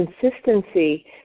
consistency